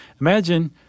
Imagine